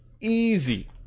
Easy